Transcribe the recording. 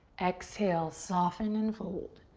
exhale, soften and fold.